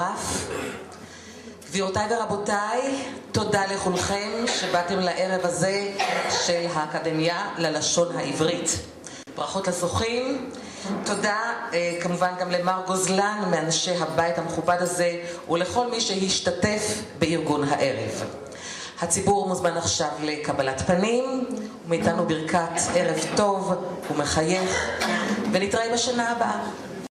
גבירותיי ורבותיי, תודה לכולכם שבאתם לערב הזה של האקדמיה ללשון העברית. ברכות לזוכים, תודה כמובן גם למר גוזלן, מאנשי הבית המכובד הזה, ולכל מי שהשתתף בארגון הערב. הציבור מוזמן עכשיו לקבלת פנים, ומאיתנו ברכת ערב טוב ומחייך, ונתראה בשנה הבאה.